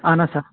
اَہَن حظ سَر